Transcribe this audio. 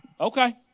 Okay